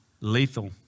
lethal